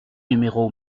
numéro